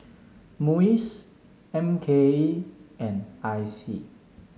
MUIS M K E and I C